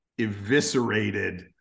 eviscerated